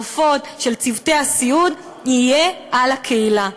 של רופאות ושל צוותי הסיעוד יהיה על הקהילה.